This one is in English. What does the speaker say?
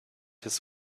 his